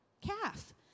calf